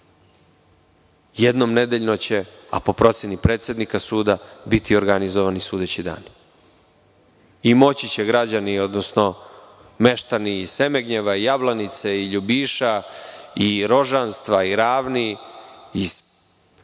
Jednom nedeljno će, a po proceni predsednika suda biti organizovani sudeći dani i moći će građani, odnosno meštani iz Semegnjeva, Jablanice, Ljubiša, Rožanstva, Ravni, iz